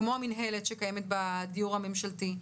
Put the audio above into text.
כמו המנהלת שקיימת בדיור הממשלתי.